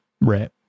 Right